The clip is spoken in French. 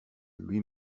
lui